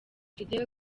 fidel